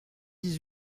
dix